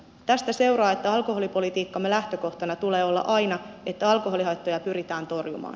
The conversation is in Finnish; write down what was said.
tästä seuraa että alkoholipolitiikkamme lähtökohtana tulee olla aina että alkoholihaittoja pyritään torjumaan